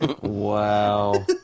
Wow